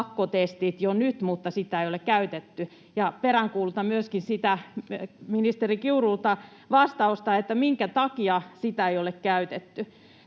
pakkotestit jo nyt, mutta sitä ei ole käytetty. Peräänkuulutan myöskin ministeri Kiurulta vastausta, että minkä takia sitä ei ole käytetty.